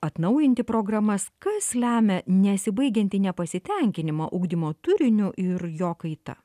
atnaujinti programas kas lemia nesibaigiantį nepasitenkinimą ugdymo turiniu ir jo kaita